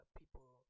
people